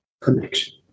connection